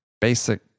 basic